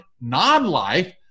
non-life